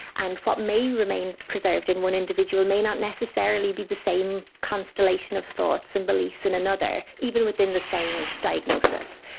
and what may remain preserved in one individual may not necessarily be the same constellation of thoughts and beliefs in another, even within the same diagnosis.